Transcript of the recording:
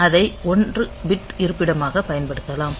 அதை 1 பிட் இருப்பிடமாகப் பயன்படுத்தலாம்